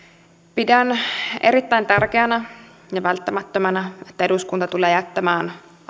pidän erittäin tärkeänä ja välttämättömänä että eduskunta tulee jättämään